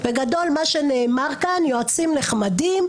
בגדול מה שנאמר כאן: יועצים נחמדים,